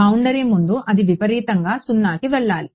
boundary ముందు అది విపరీతంగా 0కి వెళ్లాలి